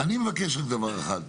אני מבקש רק דבר אחד.